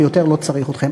ויותר לא צריך אתכם.